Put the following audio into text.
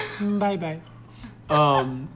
Bye-bye